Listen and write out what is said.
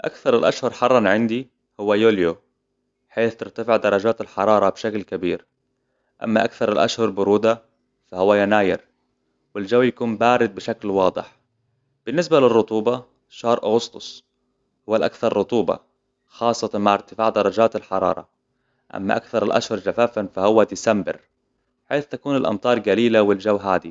أكثر الأشهر حرارة عندي هو يوليو، حيث ترتفع درجات الحرارة بشكل كبير. أما أكثر الأشهر برودة فهو يناير، والجو يكون بارد بشكل واضح. بالنسبة للرطوبة، شهر أغسطس هو الأكثر رطوبة، خاصة مع ارتفاع درجات الحرارة. أما أكثر الأشهر جفافا فهو ديسمبر، حيث تكون الأمطار قليله والجو هادى